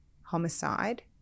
homicide